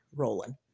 rolling